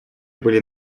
были